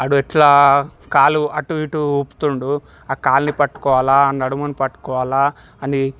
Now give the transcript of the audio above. వాడు ఎట్లా కాలు అటు ఇటు ఊపుతుండు ఆ కాలిని పట్టుకోవాలా నడుమును పట్టుకోవాలా అని